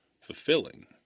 fulfilling